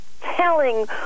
telling